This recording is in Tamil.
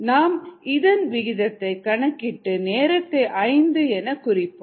நாம் இதன் விகிதத்தை கணக்கிட்டு நேரத்தை ஐந்து என குறிப்போம்